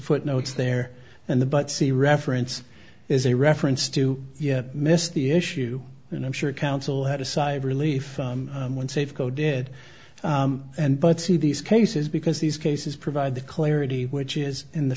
footnotes there and the but see reference is a reference to yet missed the issue and i'm sure counsel had a sigh of relief when safeco did and but see these cases because these cases provide the clarity which is in the